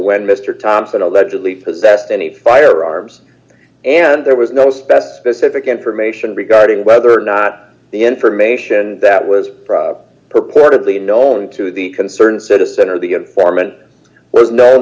when mr thompson allegedly possessed any firearms and there was no it's best specific information regarding whether or not the information that was purportedly known to the concerned citizen or the informant was known